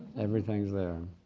everything's there.